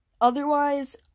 otherwise